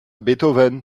beethoven